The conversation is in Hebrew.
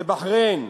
בבחריין,